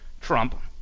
Trump